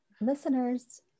listeners